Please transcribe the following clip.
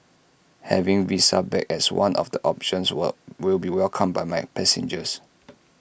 having visa back as one of the options will be welcomed by my passengers